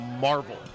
marvel